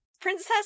Princess